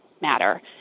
matter